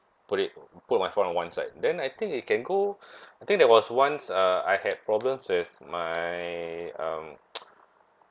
put it put my phone on one side then I think it can go I think there was once uh I had problems with my um